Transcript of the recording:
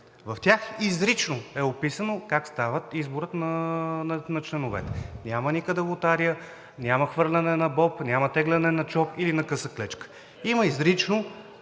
В тях изрично е описано как става изборът на членове. Няма никъде лотария, няма хвърляне на боб, няма теглене на чоп или на къса клечка, има изрично